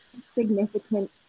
significant